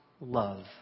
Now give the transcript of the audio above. love